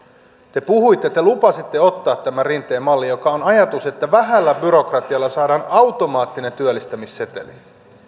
te puhuitte te lupasitte ottaa tämän rinteen mallin joka on ajatus että vähällä byrokratialla saadaan automaattinen työllistämisseteli